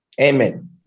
Amen